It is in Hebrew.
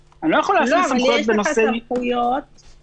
אפשר להסיר את הסיפור של המגבלות החדשות?